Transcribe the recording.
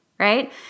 right